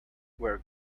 where